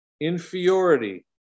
inferiority